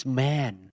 man